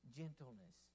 gentleness